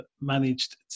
managed